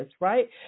right